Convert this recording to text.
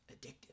addictive